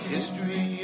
History